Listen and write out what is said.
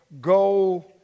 go